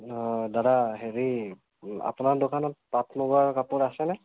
অঁ দাদা হেৰি আপোনাৰ দোকানত পাট মুগাৰ কাপোৰ আছেনে